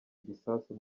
igisasu